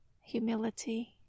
humility